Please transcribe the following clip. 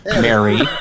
Mary